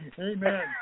Amen